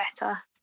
better